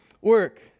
work